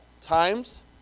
Times